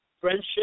friendship